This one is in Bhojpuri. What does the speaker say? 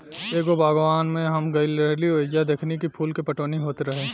एगो बागवान में हम गइल रही ओइजा देखनी की फूल के पटवनी होत रहे